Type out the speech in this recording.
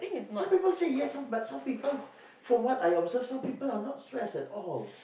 some people say yes but some from what I observed some people are not stressed at all